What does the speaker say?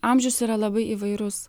amžius yra labai įvairus